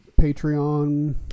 Patreon